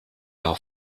are